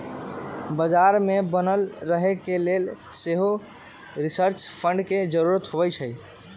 बजार में बनल रहे के लेल सेहो रिसर्च फंड के जरूरी होइ छै